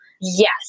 Yes